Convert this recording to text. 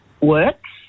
works